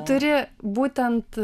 turi būtent